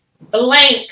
blank